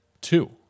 Two